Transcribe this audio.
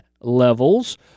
levels